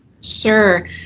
Sure